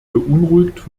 beunruhigt